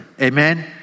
Amen